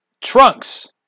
Trunks